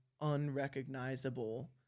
unrecognizable